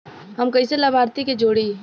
हम कइसे लाभार्थी के जोड़ी?